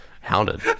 hounded